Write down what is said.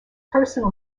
personal